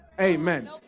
Amen